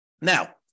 Now